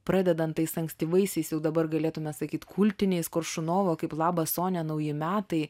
pradedant tais ankstyvaisiais jau dabar galėtume sakyt kultiniais koršunovo kaip labas sonia nauji metai